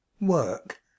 work